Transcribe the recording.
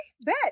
bet